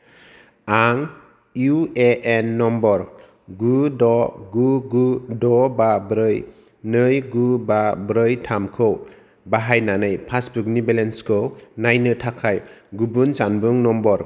आं इउ ए एन नम्बर गु द' गु गु द' बा ब्रै नै गु बा ब्रै थाम खौ बाहायनानै पासबुकनि बेलेन्सखौ नायनो थाखाय गुबुन जानबुं नम्बर